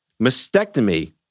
Mastectomy